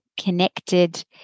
connected